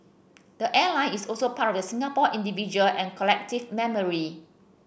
the airline is also part of the Singapore individual and collective memory